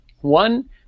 One